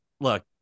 look